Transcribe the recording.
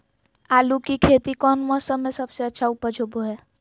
आलू की खेती कौन मौसम में सबसे अच्छा उपज होबो हय?